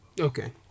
Okay